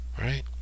Right